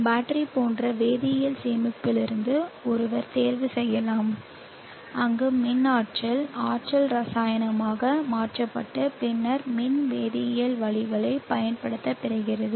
battery போன்ற வேதியியல் சேமிப்பிலிருந்து ஒருவர் தேர்வு செய்யலாம் அங்கு மின் ஆற்றல் ரசாயனமாக மாற்றப்பட்டு பின்னர் மின் வேதியியல் வழிகளைப் பயன்படுத்தி பெறப்படுகிறது